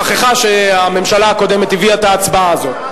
שכחה שהממשלה הקודמת הביאה את ההצבעה הזאת.